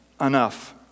enough